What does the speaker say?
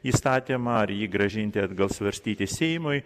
įstatymą ar jį grąžinti atgal svarstyti seimui